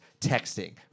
texting